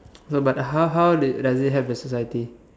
no but how how does it help the society